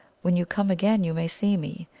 when you come again you may see me,